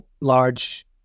large